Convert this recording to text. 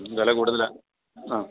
മ്മ് വില കൂടുതലാണ് ആ